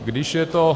Když je to...